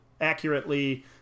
accurately